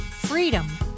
freedom